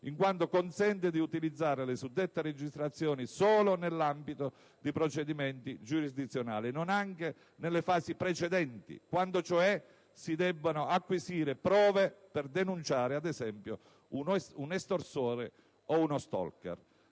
in quanto consente di utilizzare le suddette registrazioni solo "nell'ambito" di procedimenti giurisdizionali e non anche nelle fasi precedenti, quando cioè si debbano acquisire prove per denunciare, ad esempio, un estorsore o uno *stalker*.